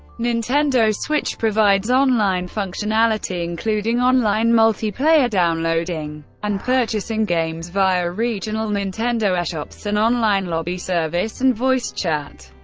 nintendo switch provides online functionality, including online multiplayer, downloading and purchasing games via regional nintendo eshops, an online lobby service, and voice chat.